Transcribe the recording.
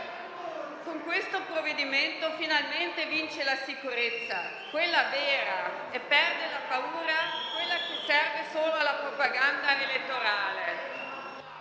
con questo provvedimento, finalmente, vince la sicurezza, quella vera, e perde la paura, quella che serve solo alla propaganda elettorale.